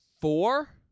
Four